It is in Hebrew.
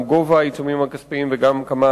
גם גובה העיצומים הכספיים וגם כמה